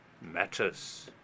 matters